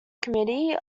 committee